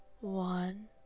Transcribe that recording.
One